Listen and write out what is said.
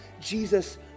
Jesus